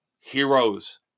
Heroes